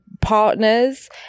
partners